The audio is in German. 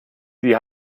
sie